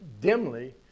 dimly